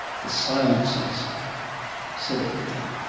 the silences said everything.